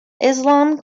islam